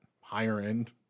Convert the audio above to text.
higher-end